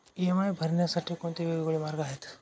EMI भरण्यासाठी कोणते वेगवेगळे मार्ग आहेत?